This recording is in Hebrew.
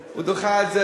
הוא דחה את זה,